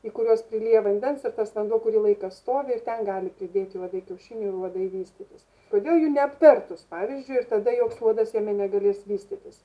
į kuriuos prilyja vandens ir tas vanduo kurį laiką stovi ir ten gali prididėti uodai kiaušinių ir uodai vystytis kodėl jų neapvertus pavyzdžiui ir tada joks uodas jame negalės vystytis